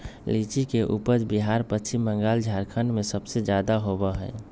लीची के उपज बिहार पश्चिम बंगाल झारखंड में सबसे ज्यादा होबा हई